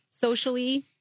socially